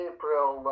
April